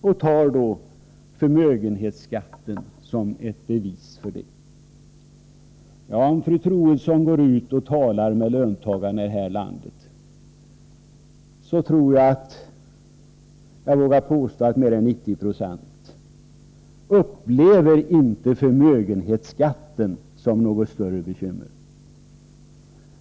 Hon tog förmögenhetsskatten som 'ett bevis för detta. Om fru Troedsson går ut och talar med löntagarna här i landet, så tror jag att hon kommer att finna att mer än 90 20 av dem inte upplever förmögenhetsskatten som något större bekymmer.